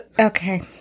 Okay